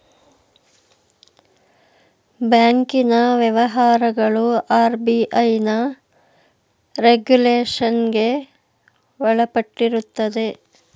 ಬ್ಯಾಂಕಿನ ವ್ಯವಹಾರಗಳು ಆರ್.ಬಿ.ಐನ ರೆಗುಲೇಷನ್ಗೆ ಒಳಪಟ್ಟಿರುತ್ತದೆ